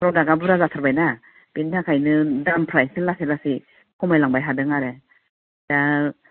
प्रडाक्टआ बुरजा जाथारबाय ना बेनि थाखायनो दामफ्रा एसे लासै लासै खमायलांबाय थादों आरो दा